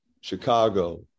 Chicago